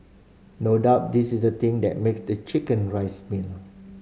no doubt this is the thing that makes the chicken rice meal